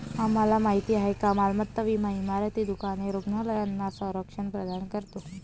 तुम्हाला माहिती आहे का मालमत्ता विमा इमारती, दुकाने, रुग्णालयांना संरक्षण प्रदान करतो